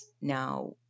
now